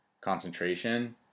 concentration